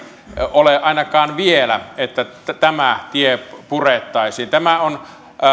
ole ainakaan vielä että tämä tie purettaisiin tämä on